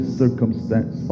circumstance